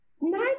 nine